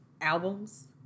albums